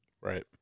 Right